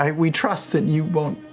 um we trust that you won't,